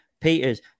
Peters